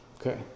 Okay